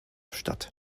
statt